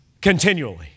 continually